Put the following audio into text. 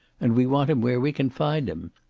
and we want him where we can find him.